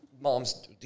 moms